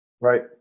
Right